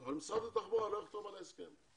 אבל משרד התחבורה לא יחתום על ההסכם,